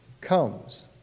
comes